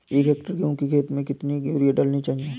एक हेक्टेयर गेहूँ की खेत में कितनी यूरिया डालनी चाहिए?